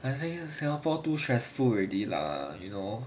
I think singapore too stressful already lah you know